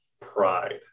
pride